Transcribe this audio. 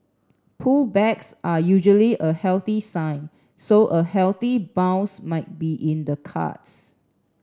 pullbacks are usually a healthy sign so a healthy bounce might be in the cards